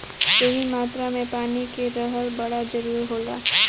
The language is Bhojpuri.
सही मात्रा में पानी के रहल बड़ा जरूरी होला